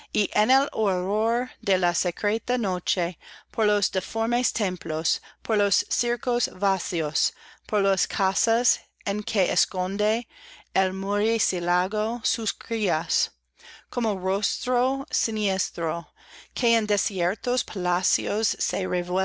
y en el horror de la secreta noche por los deformes templos por los circos vacíos por las casas en que esconde el murciélago sus crias como rostro siniestro que en desiertos palacios